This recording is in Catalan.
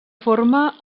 forma